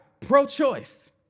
pro-choice